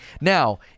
Now